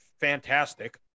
fantastic